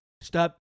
Stop